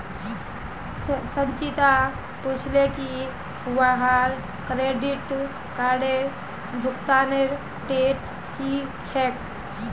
संचिता पूछले की वहार क्रेडिट कार्डेर भुगतानेर डेट की छेक